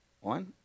One